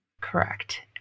Correct